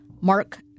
Mark